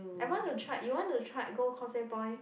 I want to try you want to try go Causeway Point